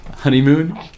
honeymoon